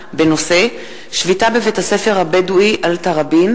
בנושא: שביתה בבית-הספר הבדואי אל-תראבין